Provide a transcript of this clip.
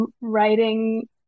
writing